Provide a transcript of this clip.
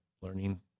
learning